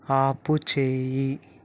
ఆపుచేయి